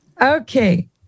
Okay